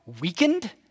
weakened